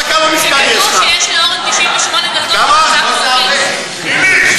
שיש לאורן 98 דקות, אורן,